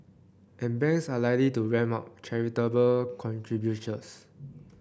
and banks are likely to ramp up charitable contributions